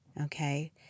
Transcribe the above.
okay